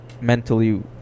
mentally